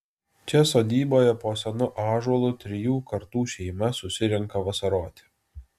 čia sodyboje po senu ąžuolu trijų kartų šeima susirenka vasaroti